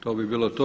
To bi bilo to.